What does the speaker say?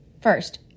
First